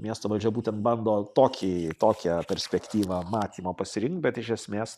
miesto valdžia būtent bando tokį tokią perspektyvą matymą pasirinkt bet iš esmės